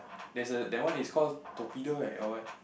there's a that one is call torpedo right or what